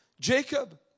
Jacob